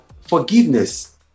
forgiveness